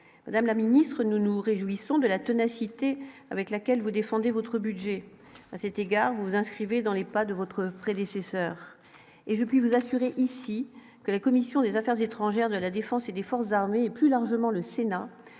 madame la ministre, nous nous réjouissons de la tenace IT avec laquelle vous défendez votre budget c'était gare vous inscrivez dans les pas de votre prédécesseur et je puis vous assurer ici que la commission des Affaires étrangères de la Défense et des forces armées et, plus largement, le Sénat,